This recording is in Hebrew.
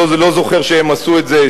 לא זוכר שהם עשו את זה,